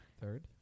third